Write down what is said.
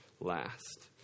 last